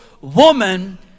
woman